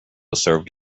served